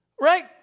Right